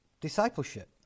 discipleship